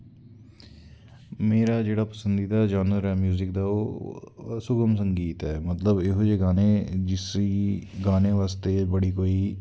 मेरा जेह्ड़ा पसंदिदा चैन्रल ऐ म्यूजिक दा ओह् सुगम संगीत ऐ मतलव एह् जेह् गानें जिसी गाने बास्ते बड़ी कोई